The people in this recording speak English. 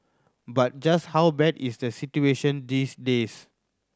but just how bad is the situation these days